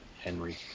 Henry